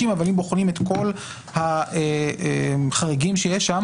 אבל אם בוחנים את כל החריגים שיש שם,